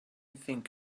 think